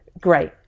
great